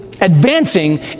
advancing